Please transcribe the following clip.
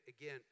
again